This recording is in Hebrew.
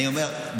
אני אומר,